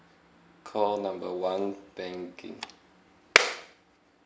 call number one banking